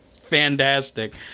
Fantastic